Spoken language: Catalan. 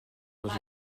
dels